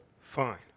Fine